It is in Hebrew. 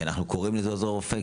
כי אנחנו קוראים לזה עוזר רופא?